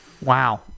Wow